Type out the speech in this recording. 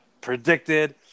predicted